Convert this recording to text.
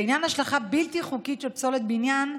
לעניין השלכה בלתי חוקית של פסולת בניין,